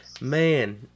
Man